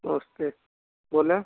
नमस्ते बोला